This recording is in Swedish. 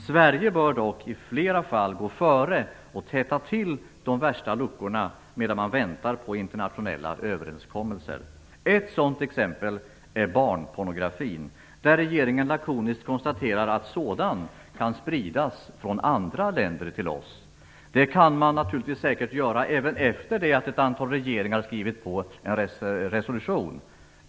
Sverige bör dock i flera fall gå före och täta de värsta luckorna medan man väntar på internationella överenskommelser. Ett sådant exempel är barnpornografin, där regeringen lakoniskt konstaterar att sådan kan spridas till oss från andra länder. Det kan man naturligtvis säkert göra även efter det att ett antal regeringar har skrivit på en resolution.